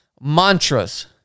mantras